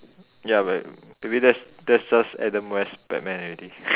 ya but maybe that's that's such Adam-West Batman already